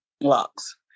locks